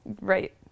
Right